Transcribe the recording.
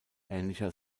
ähnlicher